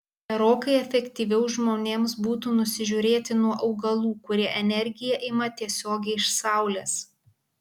gerokai efektyviau žmonėms būtų nusižiūrėti nuo augalų kurie energiją ima tiesiogiai iš saulės